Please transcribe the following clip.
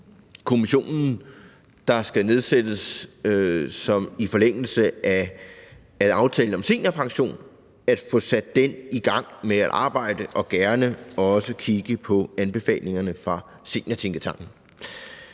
kommission, der skal nedsættes i forlængelse af aftalen om seniorpension, sat i gang med at arbejde og gerne også kigge på anbefalingerne fra Seniortænketanken,